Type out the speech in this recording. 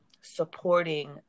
supporting